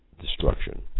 Destruction